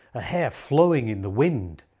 ah hair flowing in the wind,